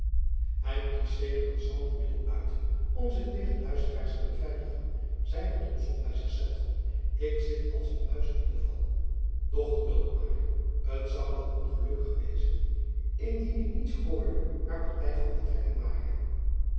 hy kiest zeker een schrander middel uit om zich tegen luisteraars te beveiligen zeide thomson by zich zelven ik zit als een muis in den val doch geduld maar t zoû wel ongelukkig wezen indien ik niets hoorde waar party van te trekken ware